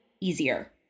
easier